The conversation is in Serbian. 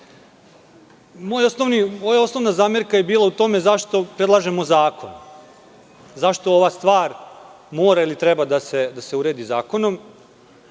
osnovna zamerka je bila u tome zašto predlažemo zakon, zašto ova stvar mora ili treba da se uredi zakonom.